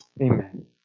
Amen